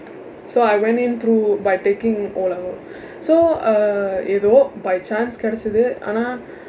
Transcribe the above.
so I went in through by taking O level so uh ஏதோ:eetho by chance கிடைச்சது ஆனா:kidaichsathu aanaa